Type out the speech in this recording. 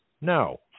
no